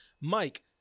Mike